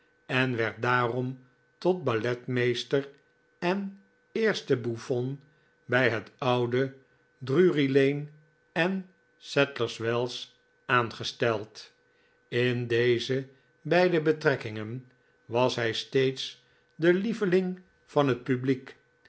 en werd daarom tot balletmeester en eerste bouffon bij het oude drury-lane en sadlers wells aangesteld in deze beide betrekkingen was hij steeds delieveling van het publiek